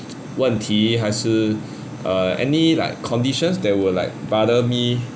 问题还是 err any like conditions that will like bother me